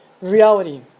reality